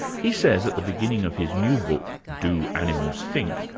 he says at the beginning of his new book, do animals think?